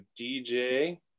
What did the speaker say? DJ